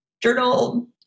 journal